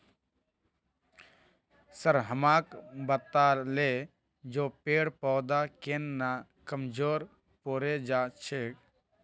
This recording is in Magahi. सर हमाक बताले जे पेड़ पौधा केन न कमजोर पोरे जा छेक